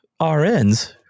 RNs